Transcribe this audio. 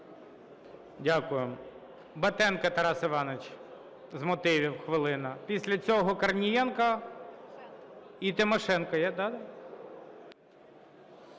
Дякую. Батенко Тарас Іванович, з мотивів – хвилина. Після цього Корнієнко і Тимошенко.